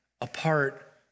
apart